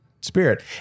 spirit